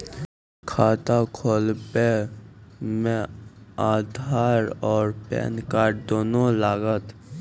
खाता खोलबे मे आधार और पेन कार्ड दोनों लागत?